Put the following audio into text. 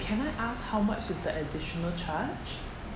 can I ask how much is the additional charge